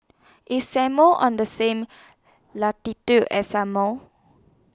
IS Samoa on The same latitude as Samoa